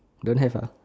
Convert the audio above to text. don't have uh